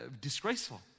Disgraceful